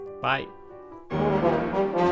Bye